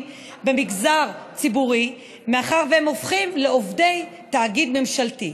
במגזר הציבורי מאחר שהם הופכים לעובדי תאגיד ממשלתי.